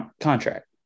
contract